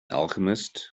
alchemist